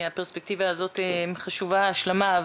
מהפרספקטיבה הזאת חשובה ההשלמה,